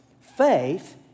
Faith